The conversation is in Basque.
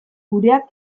gureak